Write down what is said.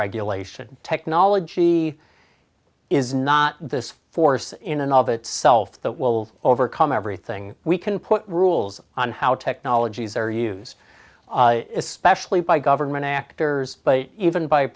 regulation technology is not the force in and of itself that will overcome everything we can put rules on how technologies are used especially by government actors but even by